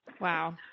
Wow